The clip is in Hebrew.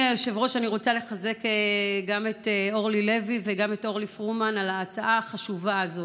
באמת לא יודע מאיפה הנתונים שלך.